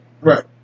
Right